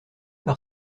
par